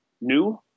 new